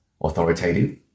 authoritative